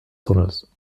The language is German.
tunnels